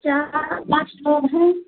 चार पाँच लोग हैं